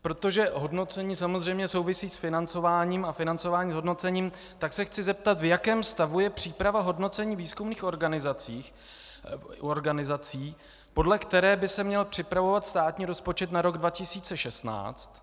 Protože hodnocení samozřejmě souvisí s financováním a financování s hodnocením, tak se chci zeptat, v jakém stavu je příprava hodnocení výzkumných organizací, podle které by se měl připravovat státní rozpočet na rok 2016.